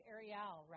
Ariel